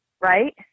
right